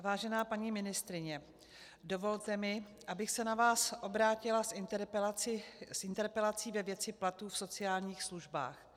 Vážená paní ministryně, dovolte mi, abych se na vás obrátila s interpelací ve věci platů v sociálních službách.